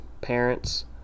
parents